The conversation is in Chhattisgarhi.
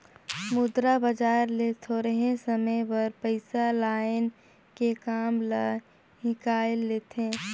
मुद्रा बजार ले थोरहें समे बर पइसा लाएन के काम ल हिंकाएल लेथें